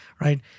right